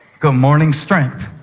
good morning, strength.